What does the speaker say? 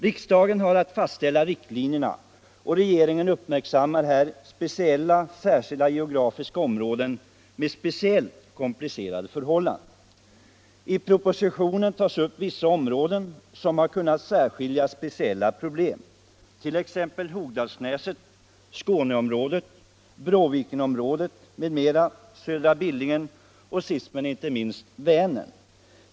Riksdagen har att fastställa riktlinjerna, och regeringen uppmärksammar särskilda geografiska områden med speciellt komplicerade förhållanden. I propositionen tar man upp vissa områden som uppvisar speciella problem, t.ex. Hogdalsnäset, Skåneområdet, Bråvikenområdet, Södra Billingen och sist men icke minst Vänerområdet.